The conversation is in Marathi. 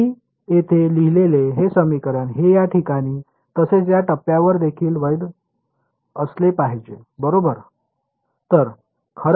मी येथे लिहिलेले हे समीकरण हे या ठिकाणी तसेच या टप्प्यावर देखील वैध असले पाहिजे बरोबर